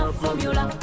formula